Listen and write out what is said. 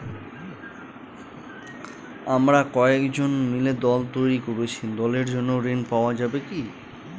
আমরা কয়েকজন মিলে দল তৈরি করেছি দলের জন্য ঋণ পাওয়া যাবে কি?